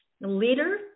leader